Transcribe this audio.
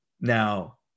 Now